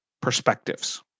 perspectives